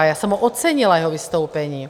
Já jsem ho ocenila, jeho vystoupení.